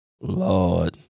Lord